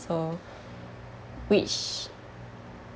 so which